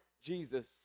Jesus